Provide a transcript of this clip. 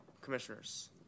commissioners